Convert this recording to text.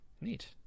Neat